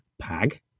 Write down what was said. pag